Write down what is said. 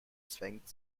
zwängt